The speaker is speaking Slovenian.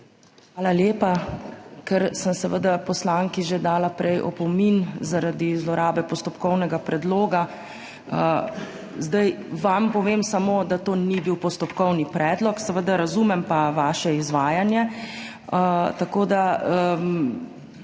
Hvala lepa. Ker sem seveda poslanki že prej dala opomin, zaradi zlorabe postopkovnega predloga, zdaj vam povem samo, da to ni bil postopkovni predlog. Seveda pa razumem vaše izvajanje, tako da